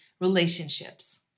relationships